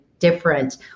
different